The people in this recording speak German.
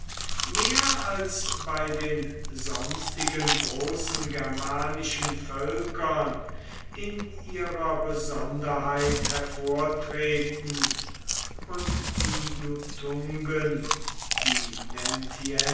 mehr als bei den sonstigen großen germanischen völkern in ihrer besonderheit hervortreten und die juthungen